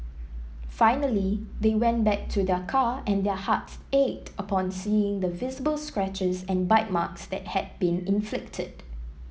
finally they went back to their car and their hearts ached upon seeing the visible scratches and bite marks that had been inflicted